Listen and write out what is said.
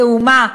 כאומה,